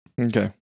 okay